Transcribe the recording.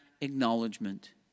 acknowledgement